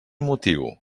motiu